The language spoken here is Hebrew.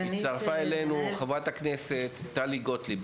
הצטרפה אלינו חברת הכנסת טלי גוטליב.